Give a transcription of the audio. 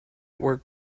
were